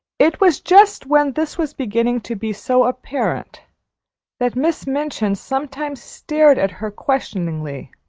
it was just when this was beginning to be so apparent that miss minchin sometimes stared at her questioningly,